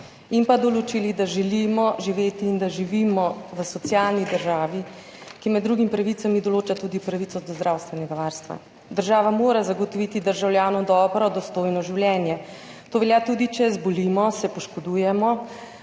in določili, da želimo živeti in da živimo v socialni državi, ki med drugimi pravicami določa tudi pravico do zdravstvenega varstva. Država mora zagotoviti državljanom dobro, dostojno življenje. To velja tudi, če zbolimo, se poškodujemo,